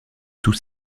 tous